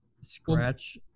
scratch